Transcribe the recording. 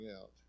out